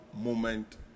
moment